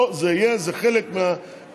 פה זה יהיה חלק מהסיפור.